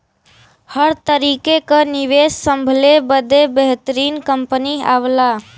हर तरीके क निवेस संभले बदे बेहतरीन कंपनी आवला